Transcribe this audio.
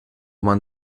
man